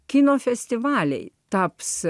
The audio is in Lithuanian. kino festivaliai taps